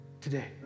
today